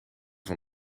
van